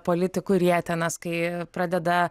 politikų rietenas kai pradeda